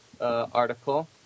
article